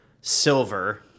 silver